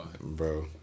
Bro